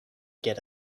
get